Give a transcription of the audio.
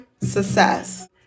success